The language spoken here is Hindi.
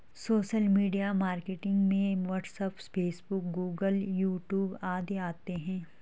सोशल मीडिया मार्केटिंग में WhatsApp Facebook Google YouTube आदि आते है